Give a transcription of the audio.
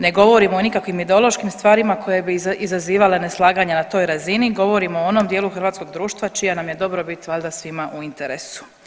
Ne govorimo o nikakvim ideološkim stvarima koje bi izazivale neslaganja na toj razini, govorimo o onom dijelu hrvatskog društva čija nam je dobrobit valjda svima u interesu.